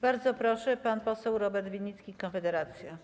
Bardzo proszę, pan poseł Robert Winnicki, Konfederacja.